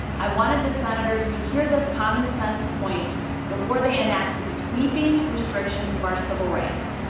i wanted the senators to hear this common sense point before they enacted sweeping restrictions of our civil rights,